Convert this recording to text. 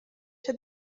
się